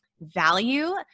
value